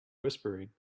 whispering